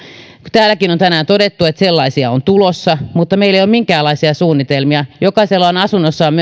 täälläkin on tänään todettu että sellaisia kriisejä on tulossa mutta meillä ei ole minkäänlaisia suunnitelmia jokainen myös on asunnossaan